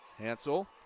Hansel